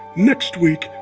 next week,